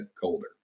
colder